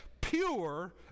pure